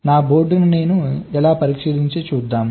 నా బోర్డుని ఎలా పరీక్షించాలి చూద్దాం